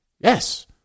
yes